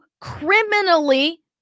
criminally